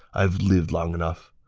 i've lived long enough.